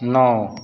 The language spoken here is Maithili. नओ